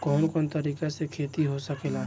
कवन कवन तरीका से खेती हो सकेला